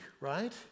right